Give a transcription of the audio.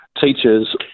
teachers